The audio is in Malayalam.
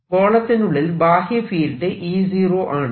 ഗോളത്തിനുള്ളിൽ ബാഹ്യ ഫീൽഡ് E0 ആണ്